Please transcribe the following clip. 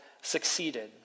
succeeded